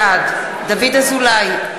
בעד דוד אזולאי,